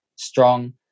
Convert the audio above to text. strong